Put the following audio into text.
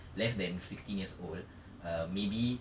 less than sixteen years old err maybe